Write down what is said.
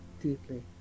deeply